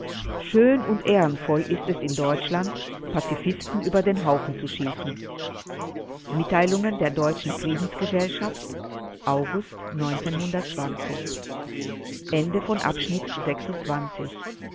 schön und ehrenvoll ist es in deutschland pazifisten über den haufen zu schießen mitteilungen der deutschen friedensgesellschaft august